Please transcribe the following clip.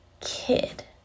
kid